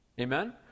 Amen